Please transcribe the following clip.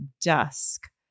dusk